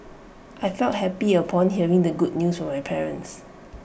I felt happy upon hearing the good news from my parents